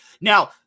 Now